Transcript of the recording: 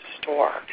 store